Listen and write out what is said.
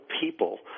people